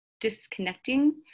disconnecting